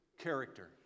character